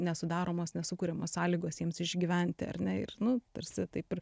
nesudaromos nesukuriamos sąlygos jiems išgyventi ar ne ir nu tarsi taip ir